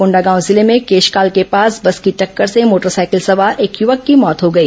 कोंडागांव जिले में केशकाल के पास बस की टक्कर से मोटरसाइकिल सवार एक युवक की मौत हो गई